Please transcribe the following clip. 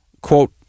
Quote